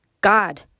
God